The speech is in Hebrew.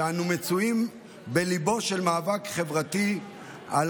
שבהם אנו מצויים בליבו של מאבק חברתי על